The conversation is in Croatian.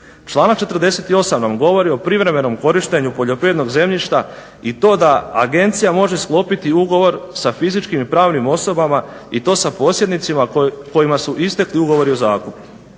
Članak 48. nam govori o privremenom korištenju poljoprivrednog zemljišta i to da agencija može sklopiti ugovor sa fizičkim i pravnim osobama i to sa posjednicima kojima su istekli ugovori o zakupu